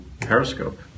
periscope